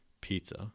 pizza